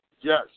Yes